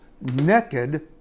naked